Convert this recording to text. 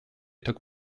took